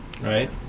Right